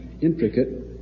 intricate